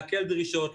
להקל דרישות,